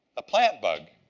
a plant bug.